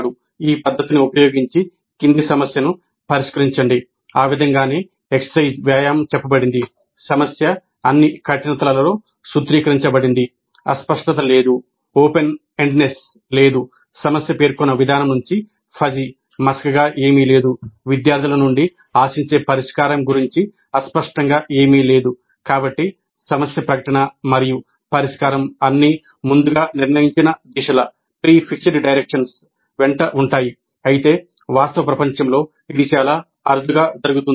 'ఈ పద్ధతిని ఉపయోగించి కింది సమస్యను పరిష్కరించండి' ఆ విధంగానే వ్యాయామం వెంట ఉంటాయి అయితే వాస్తవ ప్రపంచంలో ఇది చాలా అరుదుగా జరుగుతుంది